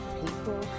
people